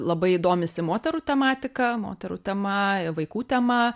labai domisi moterų tematika moterų tema vaikų tema